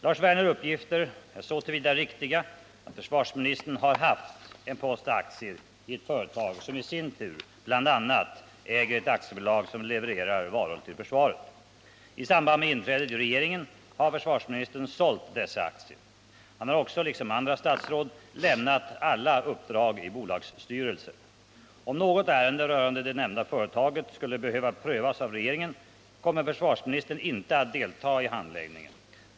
Lars Werners uppgifter är så till vida riktiga att försvarsministern har haft en post aktier i ett företag, som i sin tur bl.a. äger ett aktiebolag som levererar varor till försvaret. I samband med inträdet i regeringen har försvarsministern sålt dessa aktier. Han har också, liksom andra statsråd, lämnat alla uppdrag i bolagsstyrelser. Om något ärende rörande det nämnda företaget skulle behöva prövas av regeringen kommer försvarsministern inte att delta i handläggningen.